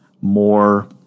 more